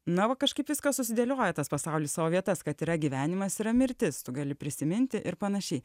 na va kažkaip viskas susidėlioja tas pasaulis į savo vietas kad yra gyvenimas yra mirtis tu gali prisiminti ir panašiai